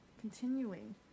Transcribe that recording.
continuing